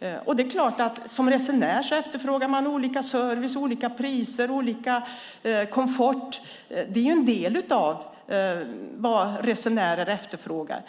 Det är klart att man som resenär efterfrågar olika service, olika priser, olika komfort. Det är ju en del av vad resenären efterfrågar.